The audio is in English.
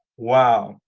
wow!